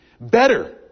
Better